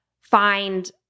find